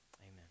amen